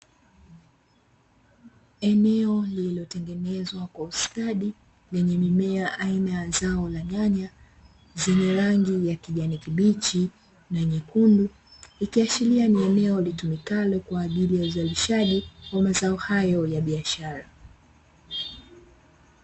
Eneo lililotengenezwa kwa ustadi lenye mimea aina ya zao la nyanya, zenye rangi ya kijani kibichi na nyekundu, ikiashiria ni eneo litumikalo kwa ajili ya uzalishaji wa mazao hayo ya biashara.